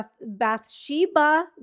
Bathsheba